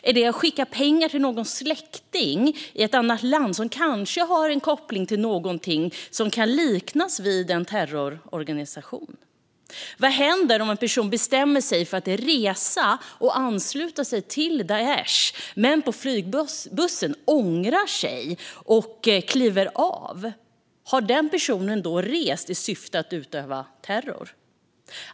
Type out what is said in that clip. Är det att skicka pengar till någon släkting i ett annat land som kanske har en koppling till någonting som kan liknas vid en terrororganisation? Vad händer om en person bestämmer sig för att resa och ansluta sig till Daish, men på flygbussen ångrar sig och kliver av? Har den personen då rest i syfte att utöva terror?